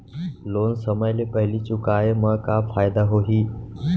Loan समय ले पहिली चुकाए मा का फायदा होही?